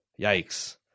Yikes